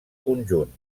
conjunt